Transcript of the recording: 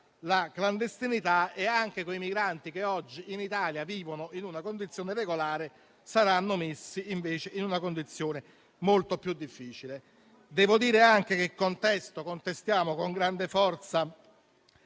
la clandestinità e anche i migranti che oggi vivono in Italia regolarmente saranno messi in una condizione molto più difficile. Devo dire anche che contestiamo con grande forza